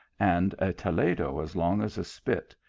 and a toledo as long as a spit,